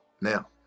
now